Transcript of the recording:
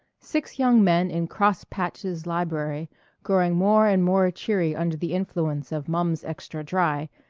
six young men in cross patch's library growing more and more cheery under the influence of mumm's extra dry,